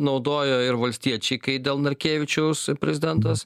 naudojo ir valstiečiai kai dėl narkevičiaus prezidentas